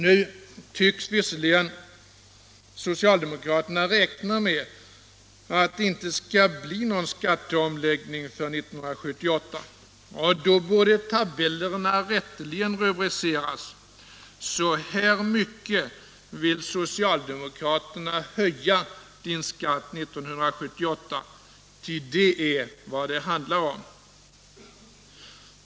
Nu tycks visserligen socialdemokraterna räkna med att det inte skall bli någon skatteomläggning för 1978, och därför borde tabellerna rätteligen rubriceras: Så här mycket vill socialdemokraterna höja din skatt 1978, ty det är vad det handlar om.